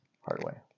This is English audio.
Hardway